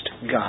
God